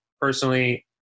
personally